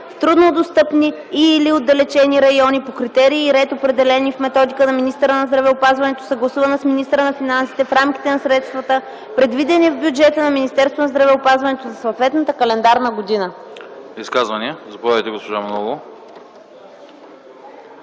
в труднодостъпни и/или отдалечени райони по критерии и ред, определени в методика на министъра на здравеопазването, съгласувана с министъра на финансите, в рамките на средствата, предвидени в бюджета на Министерството на здравеопазването за съответната календарна година.”